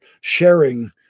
sharing